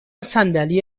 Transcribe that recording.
صندلی